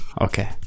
Okay